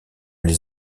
les